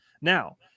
Now